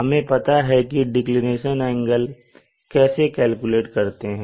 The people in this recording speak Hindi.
हमें पता कि डिक्लिनेशन एंगल कैसे कैलकुलेट करते हैं